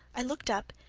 i looked up,